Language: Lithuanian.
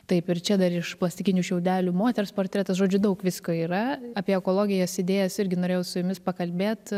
taip ir čia dar iš plastikinių šiaudelių moters portretas žodžiu daug visko yra apie ekologijos idėjas irgi norėjau su jumis pakalbėt